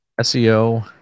SEO